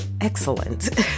excellent